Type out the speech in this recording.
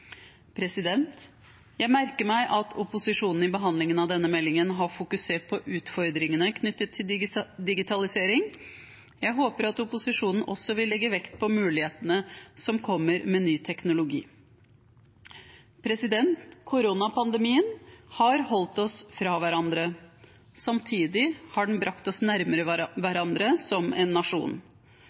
Jeg merker meg at opposisjonen i behandlingen av denne meldingen har fokusert på utfordringene knyttet til digitalisering. Jeg håper at opposisjonen også vil legge vekt på mulighetene som kommer med ny teknologi. Koronapandemien har holdt oss fra hverandre. Samtidig har den brakt oss nærmere hverandre som nasjon.